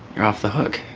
you're off the hook.